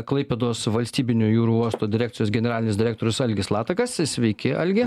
klaipėdos valstybinio jūrų uosto direkcijos generalinis direktorius algis latakas s sveiki algi